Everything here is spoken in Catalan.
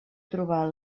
trobar